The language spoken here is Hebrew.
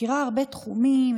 אני מכירה הרבה תחומים,